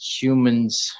humans